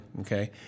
okay